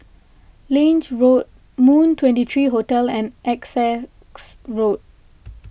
Lange Road Moon twenty three Hotel and Essex Road